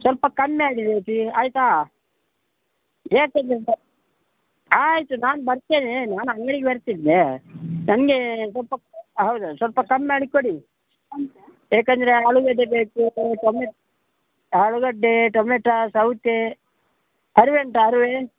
ಸ್ವಲ್ಪ ಕಮ್ಮಿ ಆಗಿದೆ ಆಯ್ತ ಎಟಿದುಂಟು ಆಯ್ತಾ ನಾನು ಬರ್ತೇನೆ ನಾನು ಅಂಗಡಿಗೆ ಬರ್ತೇನೆ ನಂಗೆ ಸ್ವಲ್ಪ ಹೌದು ಹೌದು ಸ್ವಲ್ಪ ಕಮ್ಮಿ ಮಾಡಿ ಕೊಡಿ ಏಕೆಂದ್ರೆ ಆಲೂಗಡ್ಡೆ ಬೇಕು ಟೊಮೆಟೊ ಆಲೂಗಡ್ಡೆ ಟೊಮೆಟೊ ಸೌತೆ ಹರಿವೆ ಉಂಟಾ ಹರಿವೆ